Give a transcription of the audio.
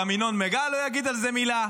גם ינון מגל לא יגיד על זה מילה,